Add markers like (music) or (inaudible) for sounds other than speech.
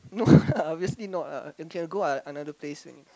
no (laughs) lah obviously not lah we can go like another place already